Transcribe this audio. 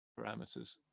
parameters